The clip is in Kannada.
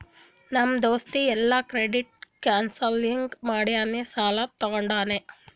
ನಮ್ ದೋಸ್ತ ಎಲ್ಲಾ ಕ್ರೆಡಿಟ್ ಕೌನ್ಸಲಿಂಗ್ ಮಾಡಿನೇ ಸಾಲಾ ತೊಂಡಾನ